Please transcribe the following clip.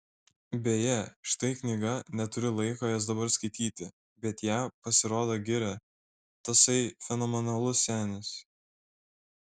beje štai knyga neturiu laiko jos dabar skaityti bet ją pasirodo giria tasai fenomenalus senis